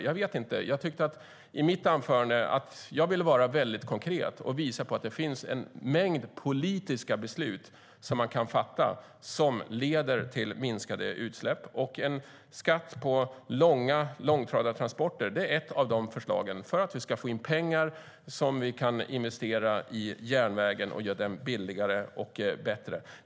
Jag vet inte, men jag ville i mitt anförande vara väldigt konkret och visa att man kan fatta en mängd politiska beslut som leder till minskade utsläpp. En skatt på långa långtradartransporter är ett av förslagen, och det gör att vi får in pengar vi kan investera i järnvägen för att göra den billigare och bättre.